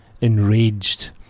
enraged